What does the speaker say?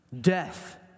death